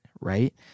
right